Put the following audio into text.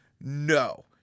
no